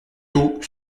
tôt